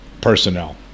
personnel